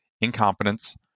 incompetence